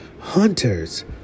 Hunters